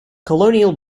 colonial